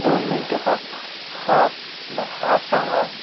दोन मिनटं का हां हां सांगा